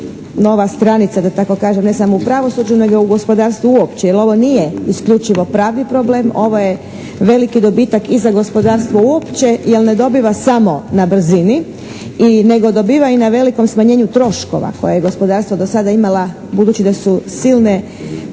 nova stranica da tako kažem ne samo u pravosuđu nego u gospodarstvu uopće jer ovo nije isključivo pravni problem, ovo je veliki dobitak i za gospodarstvo uopće jer ne dobiva samo na brzini i nego dobiva i na velikom smanjenju troškova koje je gospodarstvo do sada imala budući da su silne grupe